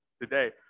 today